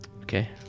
Okay